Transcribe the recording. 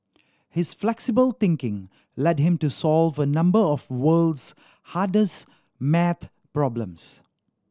his flexible thinking led him to solve a number of world's hardest maths problems